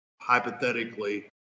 hypothetically